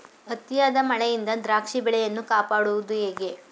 ಅತಿಯಾದ ಮಳೆಯಿಂದ ದ್ರಾಕ್ಷಿ ಬೆಳೆಯನ್ನು ಕಾಪಾಡುವುದು ಹೇಗೆ?